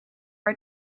are